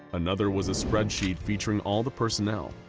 another was a spreadsheet featuring all the personnel,